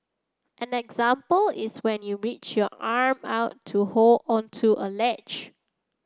an example is when you reach your arm out to hold onto a ledge